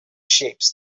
shapes